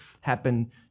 happen